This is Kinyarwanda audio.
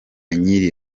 nyiri